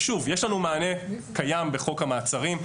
שוב, יש לנו מענה קיים בחוק המעצרים.